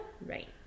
Right